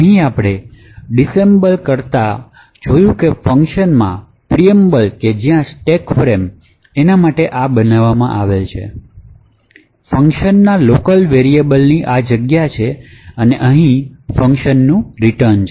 અહીં આપણે ડિસેંબલે કર્તા જુઓ ફંકશન માં Preamble કે જ્યાં સ્ટેક ફ્રેમ આમાટે બનાવવામાં આવેલ છે ફંકશનના લોકલ વેરિયેબલ ની જગ્યા છે અને અહી ફંકશનનું રિટર્ન છે